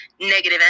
negative